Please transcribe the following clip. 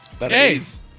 A's